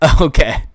Okay